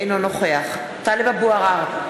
אינו נוכח טלב אבו עראר,